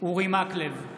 אורי מקלב,